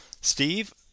Steve